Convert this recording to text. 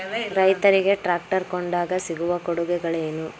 ರೈತರಿಗೆ ಟ್ರಾಕ್ಟರ್ ಕೊಂಡಾಗ ಸಿಗುವ ಕೊಡುಗೆಗಳೇನು?